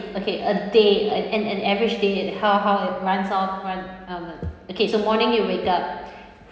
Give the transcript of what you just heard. okay a day an in an average day in how how it runs off run um okay so morning you wake up